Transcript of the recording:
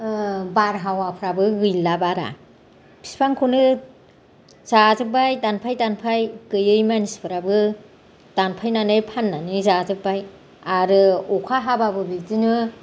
बारहावफ्राबो गैला बारा बिफांखौनो जाजोब्बाय दानफाय दानफाय गैयै मानसिफ्राबो दानफायनानै फाननानै जाजोब्बाय आरो अखा हाबाबो बिदिनो